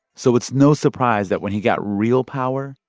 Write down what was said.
so it's no surprise that when he got real power,